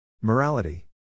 Morality